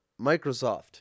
Microsoft